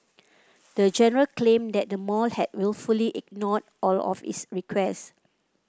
the general claimed that the mall had wilfully ignored all of its requests